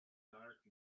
dark